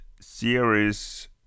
series